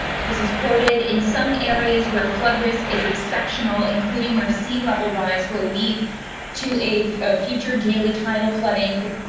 this is quoted in some areas where flood risk is exceptional, including where sea level rise will lead to a future daily title flooding.